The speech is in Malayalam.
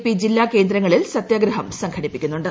പി ജില്ലാകേന്ദ്രങ്ങളിൽ സത്യ ഗ്രഹം സംഘടിപ്പിക്കുന്നുണ്ട്